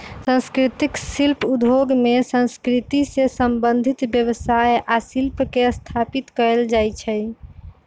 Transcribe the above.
संस्कृतिक शिल्प उद्योग में संस्कृति से संबंधित व्यवसाय आ शिल्प के स्थापित कएल जाइ छइ